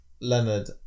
Leonard